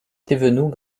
thévenoud